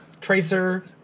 Tracer